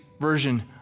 version